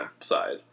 side